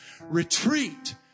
Retreat